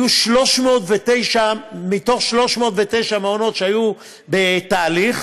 מ-309 מעונות שהיו בתהליך,